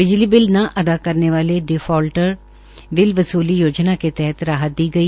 बिजली बिल न अदा करने वाले डिफालटर में बिल वसूली योजना के तहत राहत दी गई